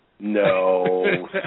No